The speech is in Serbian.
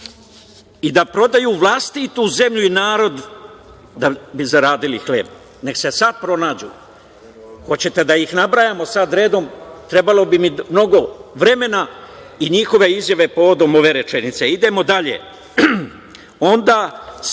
i da prodaju vlastitu zemlju i narod da bi zaradili hleb“. Neka se sada pronađu. Hoćete da ih nabrajamo sada redom? Trebalo bi mi mnogo vremena i njihove izjave povodom ove rečenice. Idemo dalje.